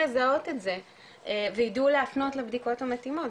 לזהות את זה וידעו להפנות לבדיקות המתאימות,